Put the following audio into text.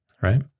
Right